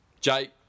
Jake